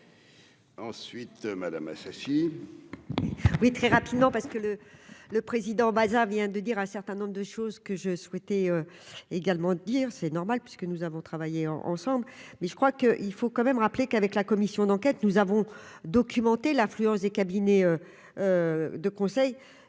Ensuite, madame Assassi.